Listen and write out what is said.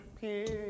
peace